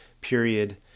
period